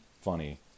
funny